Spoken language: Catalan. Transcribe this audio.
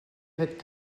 fet